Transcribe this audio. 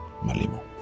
Malimo